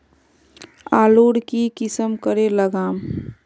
आलूर की किसम करे लागम?